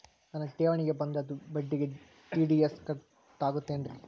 ನನ್ನ ಠೇವಣಿಗೆ ಬಂದ ಬಡ್ಡಿಗೆ ಟಿ.ಡಿ.ಎಸ್ ಕಟ್ಟಾಗುತ್ತೇನ್ರೇ?